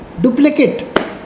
duplicate